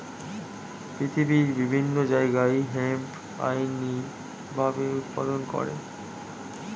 পৃথিবীর বিভিন্ন জায়গায় হেম্প আইনি ভাবে উৎপাদন করে